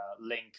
link